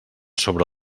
sobre